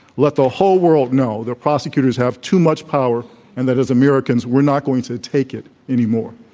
let the whole world know that prosecutors have too much power and that as americans we're not going to take it anymore.